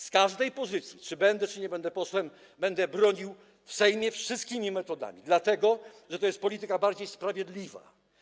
Z każdej pozycji, czy będę posłem, czy nie będę, będę bronił tego w Sejmie wszystkimi metodami, dlatego że to jest polityka bardziej sprawiedliwa.